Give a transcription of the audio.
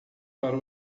para